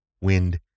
wind